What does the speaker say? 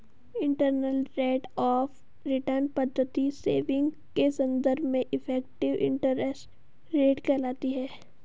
internal rate of return पद्धति saving के संदर्भ में इफेक्टिव इंटरेस्ट रेट कहलाती है